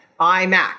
iMac